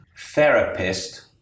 therapist